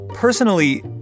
Personally